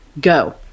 go